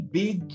big